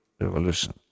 Revolution